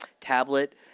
tablet